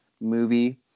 movie